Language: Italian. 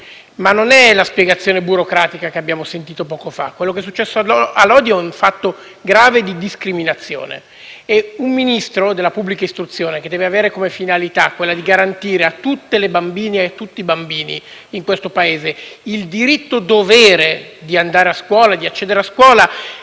con la spiegazione burocratica che abbiamo sentito poco fa: quello che è successo a Lodi è un fatto grave di discriminazione. Un Ministro dell'istruzione deve porsi la finalità di garantire a tutte le bambine e a tutti i bambini di questo Paese il diritto-dovere di andare a scuola e di accedere a tutti